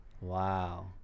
Wow